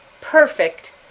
perfect